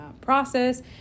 process